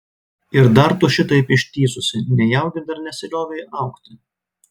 ir dar tu šitaip ištįsusi nejaugi dar nesiliovei augti